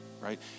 right